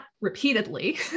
repeatedly